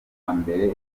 mbere